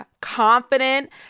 confident